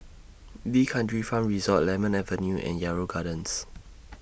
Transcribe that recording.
D'Kranji Farm Resort Lemon Avenue and Yarrow Gardens